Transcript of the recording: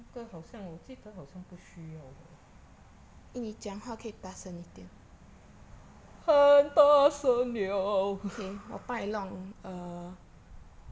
那个好像我记得好像不需要很大声了